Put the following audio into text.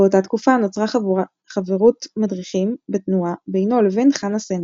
באותה תקופה נוצרה חברות מדריכים בתנועה בינו לבין חנה סנש.